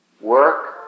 work